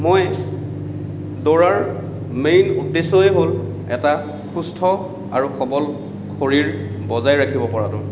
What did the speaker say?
মই দৌৰাৰ মেইন উদ্দেশ্যই হ'ল এটা সুস্থ আৰু সবল শৰীৰ বজাই ৰাখিব পৰাটো